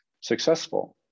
successful